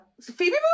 Phoebe